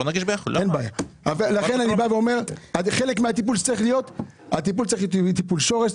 אומר שהטיפול צריך להיות טיפול שורש.